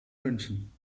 münchen